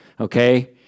Okay